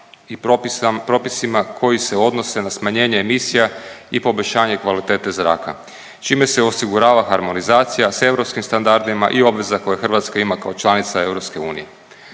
i propisima koji se odnose na smanjenje emisija i poboljšanje kvalitete zraka čime se osigurava harmonizacija s europskim standardima i obveza koju Hrvatska ima kao članica EU.